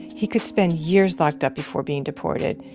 he could spend years locked up before being deported.